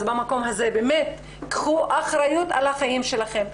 אז במקום הזה באמת, קחו אחריות על החיים שלכן.